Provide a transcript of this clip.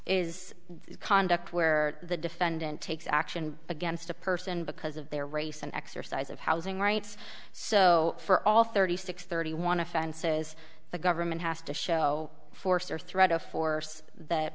the conduct where the defendant takes action against a person because of their race and exercise of housing rights so for all thirty six thirty one of fences the government has to show force or threat of force that